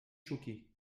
choqué